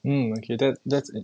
mm okay that that's it